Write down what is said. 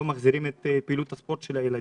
מחזירים את פעילות הספורט של הילדים.